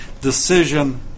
decision